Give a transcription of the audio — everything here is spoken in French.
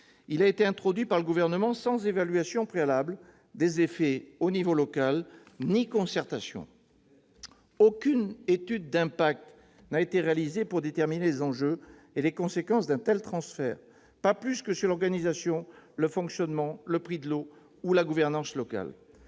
Il a été introduit par le Gouvernement, sans évaluation préalable des effets au niveau local ni concertation. Aucune étude d'impact n'a été réalisée pour déterminer les enjeux et les conséquences d'un tel transfert, pas plus que sur l'organisation, le fonctionnement, le prix de l'eau ou la gouvernance locale.